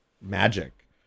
magic